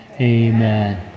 amen